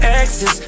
exes